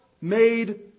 made